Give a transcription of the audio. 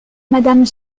madame